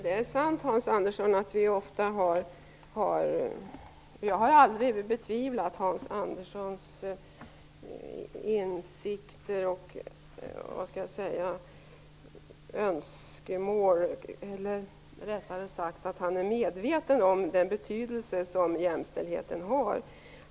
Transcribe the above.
Fru talman! Det som Hans Andersson säger är sant. Jag har aldrig betvivlat att Hans Andersson är medveten om jämställdhetens betydelse.